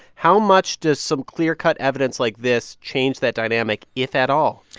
how much does some clear-cut evidence like this change that dynamic, if at all?